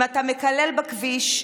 אם אתה מקלל בכביש,